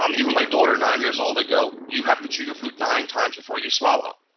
um even my daughter, nine years old, i go, you have to chew your food nine times before you swallow.